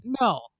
no